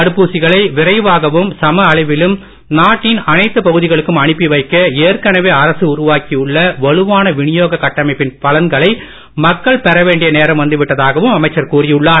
தடுப்பூசிகளை விரைவாகவும் சமஅளவிலும் நாட்டின் எல்லா பகுதிகளுக்கும் அனுப்பி வைக்க ஏற்கனவே அரசு உருவாக்கியுள்ள வலுவான விநியோக கட்டமைப்பின் பலன்களை மக்கள் பெற வேண்டிய நேரம் வந்து விட்டதாகவும் அமைச்சர் கூறியுள்ளார்